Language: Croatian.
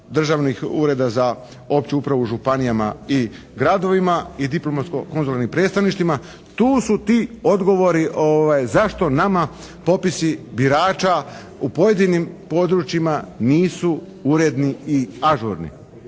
državnih ureda za opću upravu u županijama i gradovima i diplomatsko-konzularnim predstavništvima. Tu su ti odgovori zašto nama popisi birača u pojedinim područjima nisu uredni i ažurni.